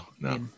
No